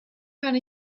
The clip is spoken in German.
kann